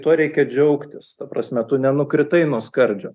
tuo reikia džiaugtis ta prasme tu nenukritai nuo skardžio